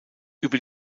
über